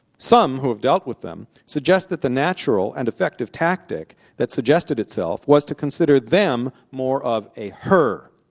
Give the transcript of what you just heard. some who have dealt with them, suggest that the natural and effective tactic that suggested itself was to consider them more of a her.